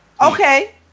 Okay